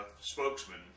spokesman